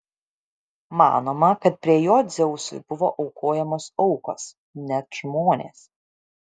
manoma kad prie jo dzeusui buvo aukojamos aukos net žmonės